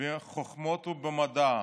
בחוכמות ובמדע,